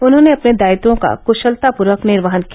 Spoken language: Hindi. उन्होंने अपने दायित्वों का कुशलतापूर्वक निर्वहन किया